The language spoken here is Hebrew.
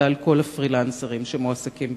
על כל הפרילנסרים שמועסקים בחינוכית.